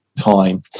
time